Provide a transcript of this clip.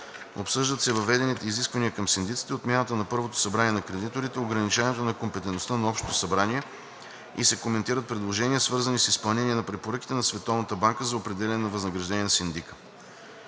Обсъждат се въведените изисквания към синдиците, отмяната на първото събрание на кредиторите, ограничаването на компетентностите на Общото събрание и се коментират предложения, свързани с изпълнение на препоръките на Световната банка за определяне на възнаграждение на синдика.